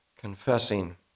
confessing